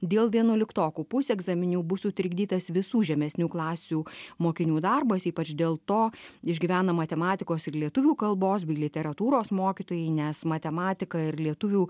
dėl vienuoliktokų pusegzaminų bus sutrikdytas visų žemesnių klasių mokinių darbas ypač dėl to išgyvena matematikos ir lietuvių kalbos bei literatūros mokytojai nes matematika ir lietuvių